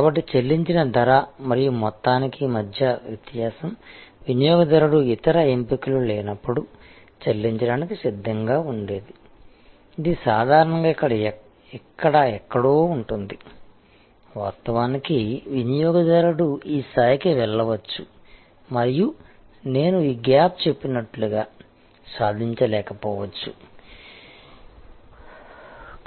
కాబట్టి చెల్లించిన ధర మరియు మొత్తానికి మధ్య వ్యత్యాసం వినియోగదారుడు ఇతర ఎంపికలు లేనప్పుడు చెల్లించడానికి సిద్ధంగా ఉండేది ఇది సాధారణంగా ఇక్కడ ఎక్కడో ఉంటుంది వాస్తవానికి వినియోగదారుడు ఈ స్థాయికి వెళ్లవచ్చు మరియు నేను ఈ గ్యాప్ చెప్పినట్లుగా సాధించలేకపోవచ్చు